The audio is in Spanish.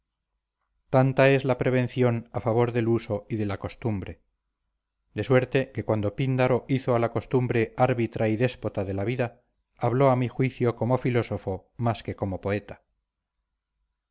tanta es la prevención a favor del uso y de la costumbre de suerte que cuando píndaro hizo a la costumbre árbitra y déspota de la vida habló a mi juicio como filósofo más que como poeta